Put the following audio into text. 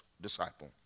disciple